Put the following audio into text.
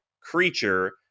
creature